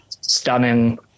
stunning